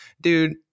dude